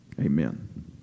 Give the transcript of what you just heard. Amen